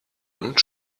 und